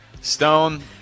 Stone